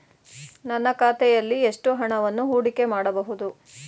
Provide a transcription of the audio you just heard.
ನನ್ನ ಖಾತೆಯಲ್ಲಿ ಎಷ್ಟು ಹಣವನ್ನು ಹೂಡಿಕೆ ಮಾಡಬಹುದು?